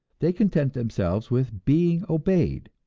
they content themselves with being obeyed,